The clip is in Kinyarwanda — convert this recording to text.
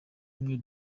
bimwe